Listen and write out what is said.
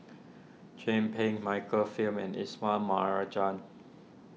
Chin Peng Michael Fam and Ismail Marjan